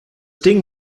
ding